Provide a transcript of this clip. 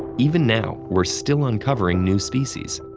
even now, we're still uncovering new species.